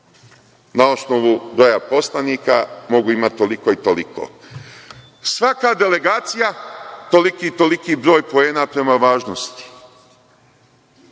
na osnovu broja poslanika mogu imati toliko i toliko. Svaka delegacija toliki i toliki broj poena prema važnosti,